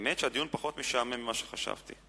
האמת שהדיון פחות משעמם ממה שחשבתי.